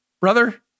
brother